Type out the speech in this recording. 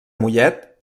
mollet